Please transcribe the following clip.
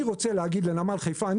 אני רוצה להגיד לנמל חיפה או לנמל אשדוד